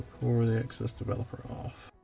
pour the excess developer off.